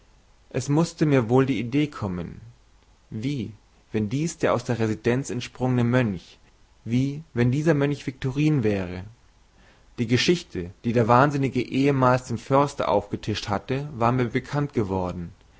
es mußte mir wohl die idee kommen wie wenn dies der aus der residenz entsprungene mönch wie wenn dieser mönch viktorin wäre die geschichte die der wahnsinnige ehemals dem förster aufgetischt hatte war mir bekannt worden